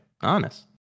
honest